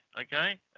okay